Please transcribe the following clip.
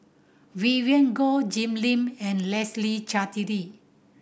Vivien Goh Jim Lim and Leslie Charteri